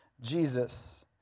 Jesus